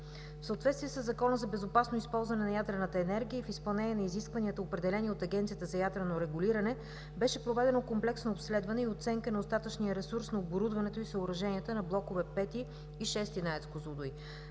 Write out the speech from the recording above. В съответствие със Закона за безопасно използване на ядрената енергия в изпълнение на изискванията определени от Агенцията за ядрено регулиране, беше проведено комплексно обследване и оценка на остатъчния ресурс на оборудването и съоръженията на блокове V-ти и VІ-ти